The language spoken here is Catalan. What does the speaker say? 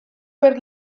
per